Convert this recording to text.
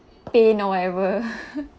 pain or whatever